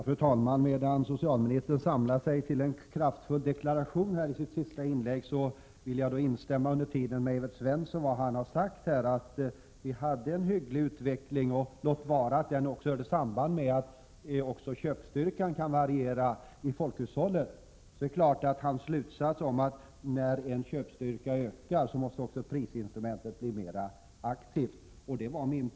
Fru talman! Medan socialministern samlar sig till en kraftfull deklaration i sitt sista inlägg vill jag instämma i vad Evert Svensson sagt om att vi hade en hygglig utveckling. Den hade samband med köpkraften i samhället. Evert Svenssons slutsats att när köpkraften ökar måste prisinstrumentet användas mer aktivt är naturligtvis riktig.